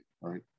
Right